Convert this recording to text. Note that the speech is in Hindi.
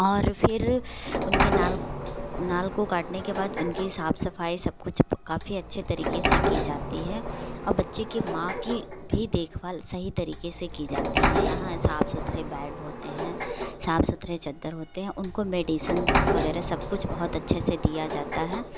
और फिर उनके नाल नाल को काटने के बाद उनकी साफ सफाई सब कुछ काफी अच्छे तरीके से कि जाती है अब बच्चे के माँ की भी देखभाल सही तरीके से कि जाती है यहाँ साफ सुथरे बेड होते हैं साफ सुथरे चद्दर होते हैं उनको मेडिसन्स वगैरह सब कुछ बहुत अच्छे से दिया जाता है